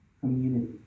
community